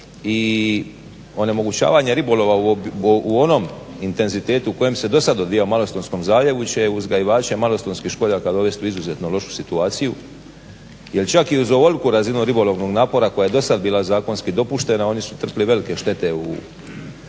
i onemogućavanje ribolova u onom intenzitetu u kojem se dosad odvijao u Malostonskom zaljevu će uzgajivači Malostonskih školjaka dovesti u izrazito lošu situaciju. Jer čak i uz ovolku razinu ribolovnog napora koja je dosad bila zakonski dopuštena oni su trpili velike štete u